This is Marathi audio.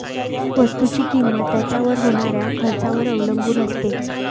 वस्तुची किंमत त्याच्यावर होणाऱ्या खर्चावर अवलंबून असते